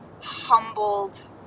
humbled